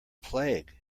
plague